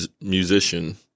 musician